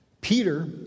Peter